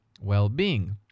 well-being